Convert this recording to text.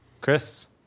Chris